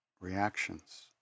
reactions